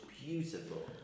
beautiful